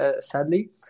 sadly